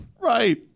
Right